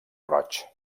roig